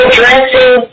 dressing